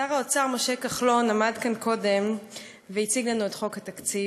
שר האוצר משה כחלון עמד כאן קודם והציג לנו את חוק התקציב.